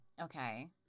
okay